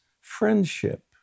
friendship